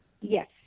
Yes